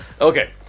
Okay